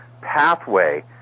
pathway